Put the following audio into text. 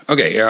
Okay